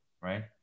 right